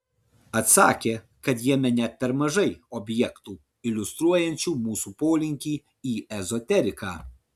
atsakė kad jame net per mažai objektų iliustruojančių mūsų polinkį į ezoteriką